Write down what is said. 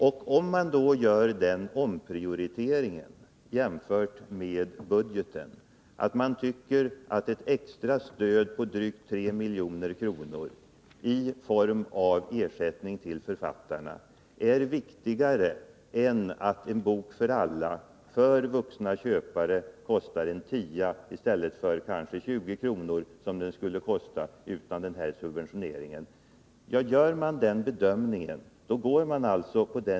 Gör man den bedömningen — jämfört med prioriteringen i budgetpropositionen — att ett extra stöd på drygt 3 milj.kr. i form av ersättning till författarna är viktigare än att En bok för alla för vuxna köpare kostar 10 kr. i stället för kanske 20, som priset skulle vara utan subventionering, följer man moderaternas linje.